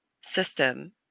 system